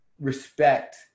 respect